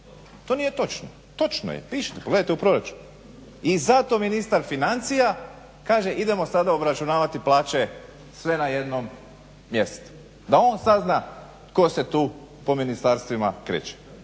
To nije točno. Točno je. Pišite, pogledajte u proračun. I zato ministar financija kaže idemo sada obračunavati plaće sve na jednom mjestu, da on sazna tko se tu po ministarstvima kreće.